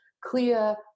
clear